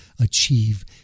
achieve